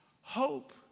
Hope